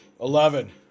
Eleven